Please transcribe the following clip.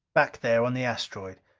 back there on the asteroid.